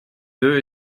deux